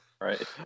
Right